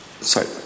Sorry